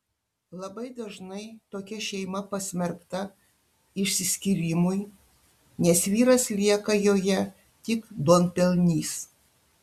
labai dažnai tokia šeima pasmerkta išsiskyrimui nes vyras lieka joje tik duonpelnys